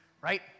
Right